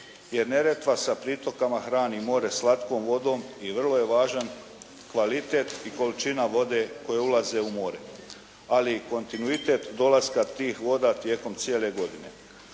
jer Neretva sa pritokama hrani more slatkom vodom i vrlo je važan kvalitet i količina vode koji ulaze u more ali i kontinuitet dolaska tih voda tijekom cijele godine.